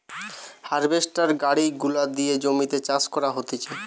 harvester গাড়ি গুলা দিয়ে জমিতে চাষ করা হতিছে